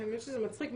באמת שזה מצחיק,